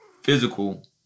physical